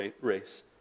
race